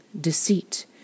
deceit